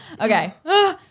Okay